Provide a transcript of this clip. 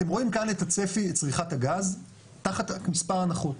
אתם רואים כאן את הצפי של צריכת הגז תחת מספר הנחות.